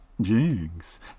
Jinx